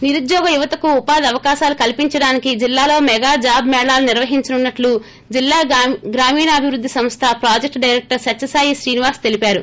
నిరుద్యోగ యువతకు ఉపాధి అవకాశాలు కల్పించడానికి జిల్లాలో మెగా జాబ్ మేళాలు నిర్వహించనున్నట్లు జిల్లా గ్రామీణాభివృద్ది సంస్వ ప్రాజెక్టు డైరెక్టర్ సత్యసాయి శ్రీనివాస్ తెలిపారు